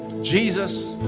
jesus,